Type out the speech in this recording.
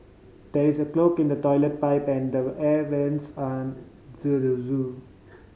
there is a clog in the toilet pipe and the air vents an the zoo